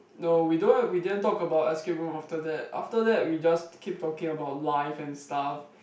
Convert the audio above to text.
no we don't we didn't talk about escape room after that after that we just keep talking about life and stuff